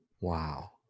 Wow